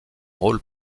rôle